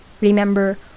Remember